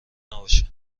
نباشه